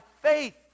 faith